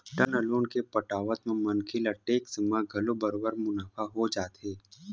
term loan के पटावत म मनखे ल टेक्स म घलो बरोबर मुनाफा हो जाथे